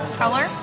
color